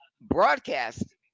broadcast